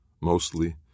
Mostly